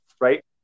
right